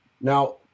Now